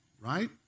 right